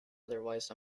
otherwise